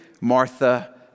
Martha